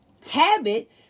habit